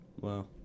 Wow